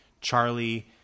Charlie